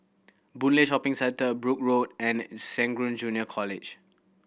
Boon Lay Shopping Centre Brooke Road and Serangoon Junior College